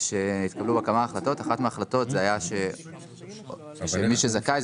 והתקבלו בה כמה החלטות כאשר אחת ההחלטות הייתה שמי שזכאי,